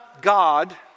God